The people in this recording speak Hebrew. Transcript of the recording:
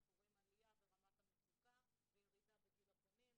אנחנו רואים עלייה ברמת המצוקה וירידה בגיל הפונים.